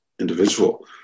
individual